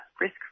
risk